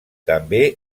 també